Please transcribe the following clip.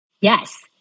yes